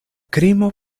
krimo